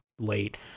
late